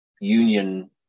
Union